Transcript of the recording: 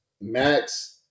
Max